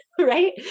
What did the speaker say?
right